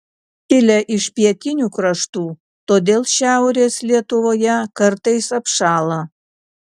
kilę iš pietinių kraštų todėl šiaurės lietuvoje kartais apšąla